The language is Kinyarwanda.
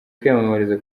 kwiyamamariza